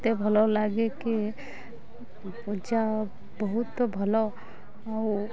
ଏତେ ଭଲ ଲାଗେ କି ପୂଜା ବହୁତ ଭଲ ଆଉ